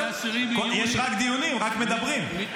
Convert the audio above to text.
יש רק דיונים, רק מדברים.